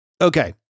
Okay